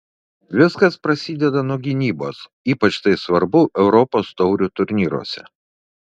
viskas prasideda nuo gynybos ypač tai svarbu europos taurių turnyruose